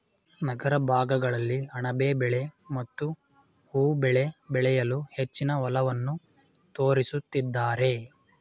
ನಗರ ಭಾಗಗಳಲ್ಲಿ ಅಣಬೆ ಬೆಳೆ ಮತ್ತು ಹೂವು ಬೆಳೆ ಬೆಳೆಯಲು ಹೆಚ್ಚಿನ ಒಲವನ್ನು ತೋರಿಸುತ್ತಿದ್ದಾರೆ